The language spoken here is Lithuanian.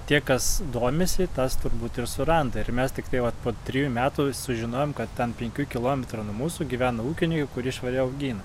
tie kas domisi tas turbūt ir suranda ir mes tiktai vat po trijų metų sužinojom kad ten penkių kilometrų nuo mūsų gyvena ūkiniai kuri švari augina